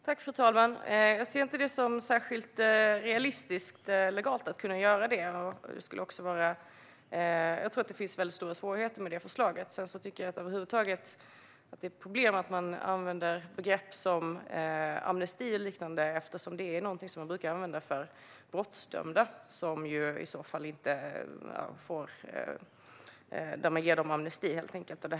Fru talman! Jag ser det inte som särskilt realistiskt legalt att göra så. Det finns stora svårigheter med förslaget. Jag anser att det är ett problem att använda begrepp som amnesti och liknande eftersom de brukar användas för brottsdömda - att ge dem amnesti.